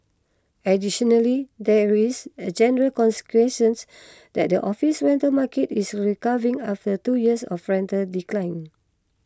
additionally there is a general consensus that the office rental market is recovering after two years of rental decline